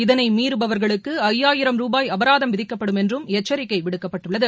இதனைமீறபவர்களுக்குறயாயிரம் ரூபாய் அபராதம் விதிக்கப்படும் என்றும் எச்சிக்கைவிடுக்கப்பட்டுள்ளது